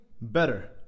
Better